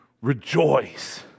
rejoice